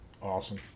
Awesome